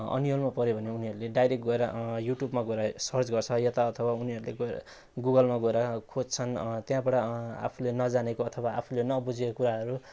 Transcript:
अन्योलमा पऱ्यो भने उनीहरूले डाइरेक्ट गएर युट्युबमा गएर सर्च गर्छ वा त अथवा उनीहरूले गएर गुगलमा गएर खोज्छन् त्यहाँबाट आफूले नजानेको अथवा आफूले नबुझेको कुराहरू